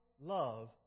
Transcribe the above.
love